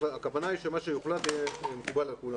הכוונה היא שמה שיוחלט יהיה מקובל על כולם.